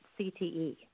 CTE